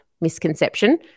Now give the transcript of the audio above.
misconception